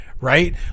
right